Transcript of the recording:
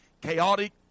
chaotic